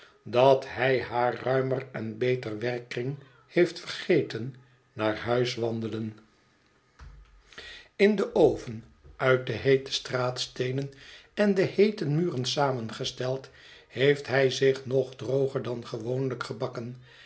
dat hij haar ruimer en beter werkkring heeft vergeten naar huis wandelen in den oven uit de heete straatsteenen en de heete muren samengesteld heeft hij zich nog droger dan gewoonlijk gebakken